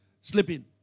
Sleeping